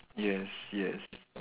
yes yes